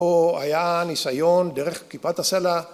‫או היה ניסיון דרך כיפת הסלע.